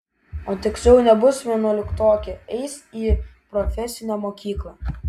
o tiksliau nebus vienuoliktokė eis į profesinę mokyklą